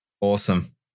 Awesome